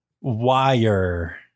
wire